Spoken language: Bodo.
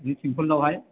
बिदि सिमपोलावहाय